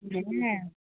জানি না